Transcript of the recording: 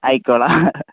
ആയിക്കോളാം ആ